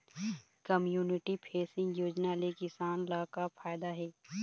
Community facing योजना ले किसान ल का फायदा हे?